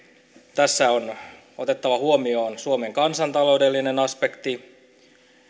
tässä on otettava huomioon suomen kansantaloudellinen aspekti